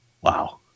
wow